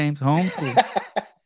Homeschool